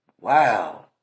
Wow